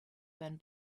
been